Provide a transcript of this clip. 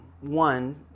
one